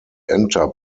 enter